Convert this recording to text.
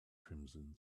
crimson